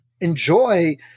enjoy